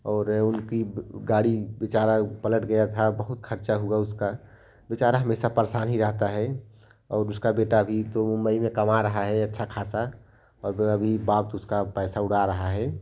और उनकी गाड़ी बेचारा पलट गया था बहुत खर्चा हुआ उसका बेचारा हमेशा परेशान ही रहता है और उसका बेटा भी तो मुंबई में कमा रहा है अच्छा खासा और वह अभी बाप तो उसका पैसा उड़ा रहा है